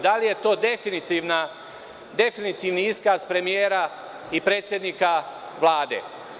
Da li je to definitivni iskaz premijer i predsednika Vlade?